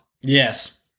yes